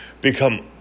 become